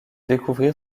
découvrir